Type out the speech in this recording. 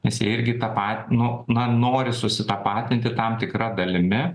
nes jie irgi tapatinu nori susitapatinti tam tikra dalimi